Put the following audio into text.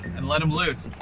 and let him loose,